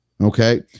Okay